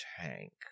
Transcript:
tank